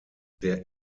der